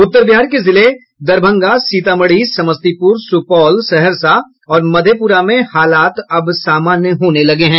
उत्तर बिहार के जिलों दरभंगा सीतामढ़ी समस्तीपुर सुपौल सहरसा और मधेपुरा में हालात अब सामान्य होने लगे हैं